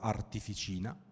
Artificina